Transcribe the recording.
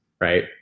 right